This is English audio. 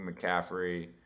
McCaffrey